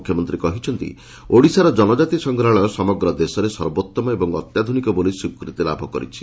ମୁଖ୍ୟମନ୍ତୀ କହିଛନ୍ତି ଓଡିଶାର ଜନଜାତି ସଂଗ୍ରହାଳୟ ସମଗ୍ର ଦେଶରେ ସର୍ବୋଉମ ଏବଂ ଅତ୍ୟାଧୁନିକ ବୋଲି ସ୍ୱୀକୃତି ଲାଭ କରିଛି